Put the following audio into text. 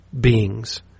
beings